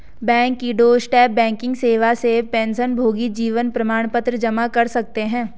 bank की doorstep banking सेवा से पेंशनभोगी जीवन प्रमाण पत्र जमा कर सकते हैं